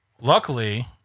Luckily